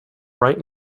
right